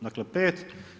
Dakle pet.